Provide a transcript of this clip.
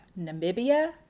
Namibia